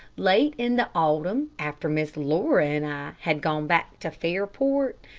late in the autumn, after miss laura and i had gone back to fairport,